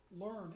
learn